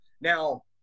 Now